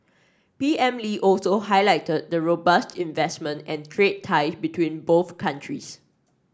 P M Lee also highlighted the robust investment and trade tie between both countries